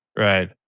Right